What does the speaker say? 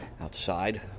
outside